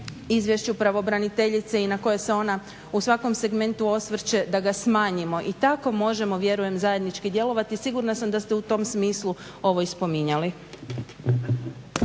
izvješću pravobraniteljice i na koje se ona u svakom segmentu osvrće da ga smanjimo. I tako možemo vjerujem zajednički djelovati. Sigurna sam da ste u tom smislu ovo i spominjali.